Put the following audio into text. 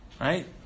Right